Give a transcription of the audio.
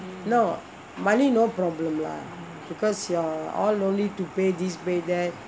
no money no problem lah because you're all no need to pay this pay that